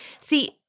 See